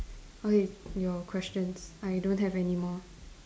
okay your questions I don't have anymore